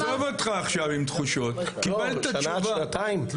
עזוב אותך עכשיו עם תחושות, קבלת תשובה.